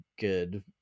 good